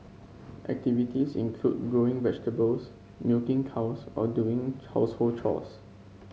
activities include growing vegetables milking cows or doing chores